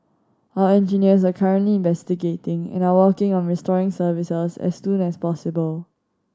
our engineers are currently investigating and are working on restoring services as soon as possible